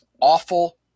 awful